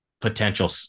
potential